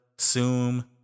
Zoom